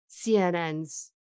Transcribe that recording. CNN's